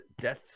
Death